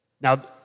Now